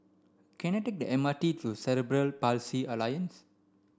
can I take the M R T to Cerebral Palsy Alliance